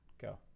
Go